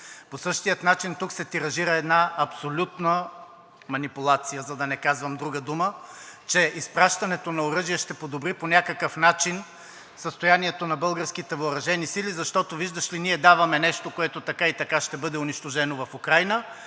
По същия начин тук се тиражира една абсолютна манипулация, за да не казвам друга дума, че изпращането на оръжие ще подобри по някакъв начин състоянието на българските въоръжени сили, защото, виждаш ли, ние даваме нещо, което така и така ще бъде унищожено в Украйна,